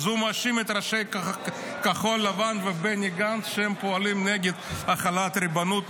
אז הוא מאשים את ראשי כחול לבן ובני גנץ שהם פועלים נגד החלת ריבונות,